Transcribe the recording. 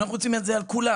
אנחנו רוצים את זה על כולם,